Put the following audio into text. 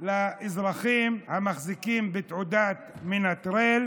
לאזרחים המחזיקים בתעודת מנטרל